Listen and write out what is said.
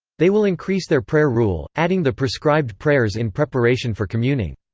they will increase their prayer rule, adding the prescribed prayers in preparation for communing.